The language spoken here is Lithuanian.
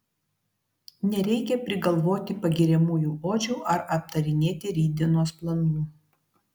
nereikia prigalvoti pagiriamųjų odžių ar aptarinėti rytdienos planų